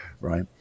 right